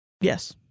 yes